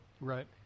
Right